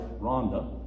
Rhonda